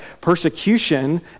persecution